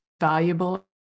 valuable